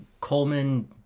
Coleman